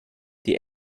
die